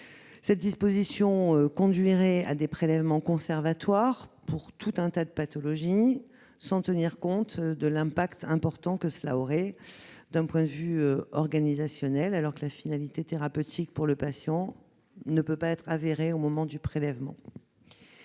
telle disposition conduirait à des prélèvements conservatoires pour tout un tas de pathologies, sans tenir compte de l'impact organisationnel important que cela aurait, alors que la finalité thérapeutique pour le patient ne peut pas être avérée au moment du prélèvement.